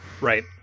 Right